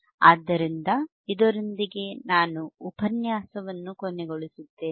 ಆದ್ದರಿಂದ ಇದರೊಂದಿಗೆನಾನು ಉಪನ್ಯಾಸವನ್ನು ಕೊನೆಗೊಳಿಸುತ್ತೇನೆ